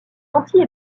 anti